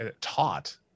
taught